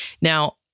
Now